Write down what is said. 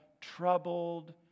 troubled